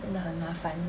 真的很麻烦